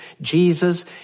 Jesus